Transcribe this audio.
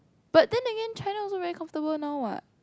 but then again China also very comfortable now what